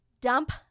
dump